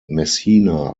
messina